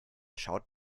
schaut